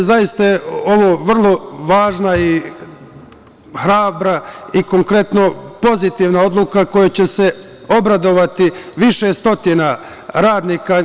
Zaista je ovo vrlo važna i hrabra i konkretno pozitivna odluka kojoj će se obradovati više stotina radnika.